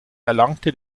erlangte